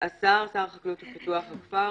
"השר" שר החקלאות ופיתוח הכפר,